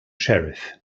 sheriff